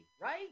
right